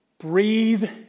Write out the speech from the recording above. Breathe